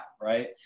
right